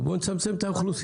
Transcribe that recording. או בוא נצמצם את האוכלוסייה.